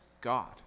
God